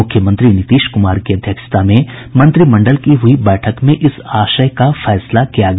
मुख्यमंत्री नीतीश कुमार की अध्यक्षता में मंत्रिमंडल की हुई बैठक में इस आशय का फैसला किया गया